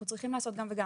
אנחנו צריכים לעשות גם וגם.